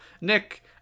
Nick